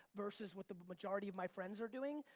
versus what the majority of my friends are doing,